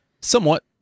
Somewhat